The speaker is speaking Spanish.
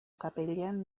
capellán